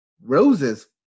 Roses